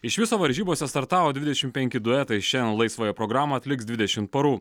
iš viso varžybose startavo dvidešimt penki duetai ir šiandien laisvąją programą atliks dvidešimt porų